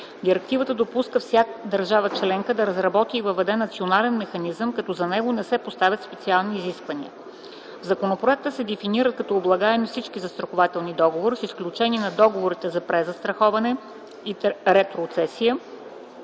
Директивата допуска всяка държава членка да разработи и въведе национален механизъм, като за него не се поставят специални изисквания. В законопроекта се дефинират като облагаеми всички застрахователни договори с изключение на договорите: - за презастраховане и ретроцесия;